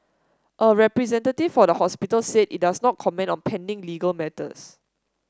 a representative for the hospital said it does not comment on pending legal matters